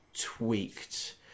tweaked